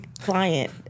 client